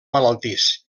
malaltís